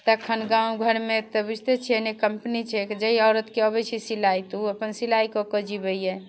तखन गाम घरमे तऽ बुझिते छियै नहि कम्पनी छै जाहि औरतकेँ अबैत छै सिलाइ तऽ ओ अपन सिलाइ कऽ कऽ जिवैए